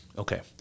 Okay